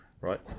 Right